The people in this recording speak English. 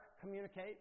communicate